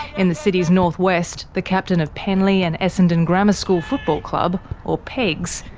in the city's north-west, the captain of penleigh and essendon grammar school football club or pegs,